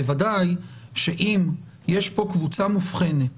בוודאי שאם יש כאן קבוצה מובחנת